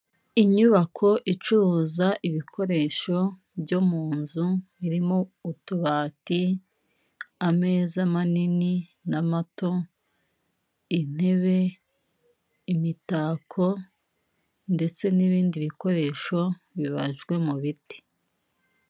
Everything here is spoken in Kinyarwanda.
Inyubako icuruza ibikoresho byo mu nzu, irimo utubati ,ameza manini ,n'amato ,intebe, imitako ndetse n'ibindi bikoresho bibajwe mu biti.